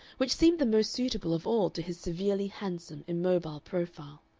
which seemed the most suitable of all to his severely handsome, immobile profile.